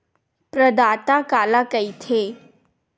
प्रदाता काला कइथे?